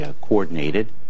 coordinated